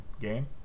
game